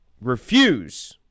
refuse